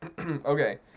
Okay